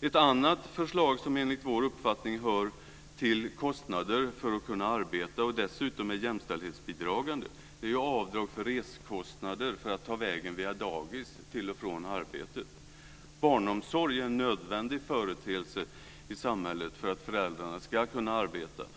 En annan sak som föreslås och som enligt vår uppfattning hör till kostnader för att kunna arbeta och som dessutom är jämställdhetsbidragande är avdrag för reskostnader när det gäller att till och från arbetet ta vägen via dagis. Barnomsorg är en företeelse i samhället som är nödvändig för att föräldrarna ska kunna arbeta.